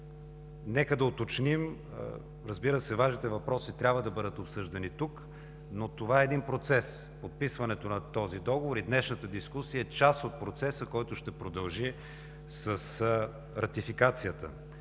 Нека да уточним, разбира се, важните въпроси трябва да бъдат обсъждани тук, но това е един процес. Подписването на този договор и днешната дискусия е част от процеса, който ще продължи с ратификацията,